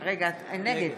נגד